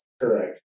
Correct